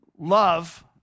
Love